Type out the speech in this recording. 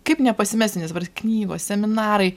kaip nepasimesti nes dabar knygos seminarai